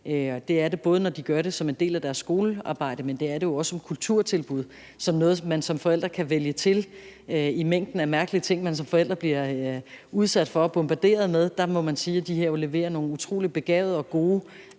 det er det, både når de besøger det som en del af deres skolearbejde, men jo også når det er som kulturtilbud, altså som noget, man som forældre kan vælge til i mængden af mærkelige ting, man som forældre bliver udsat for og bombarderet med. Der må man sige, af de her centre jo leverer levere nogle utrolig begavede og gode